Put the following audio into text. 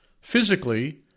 Physically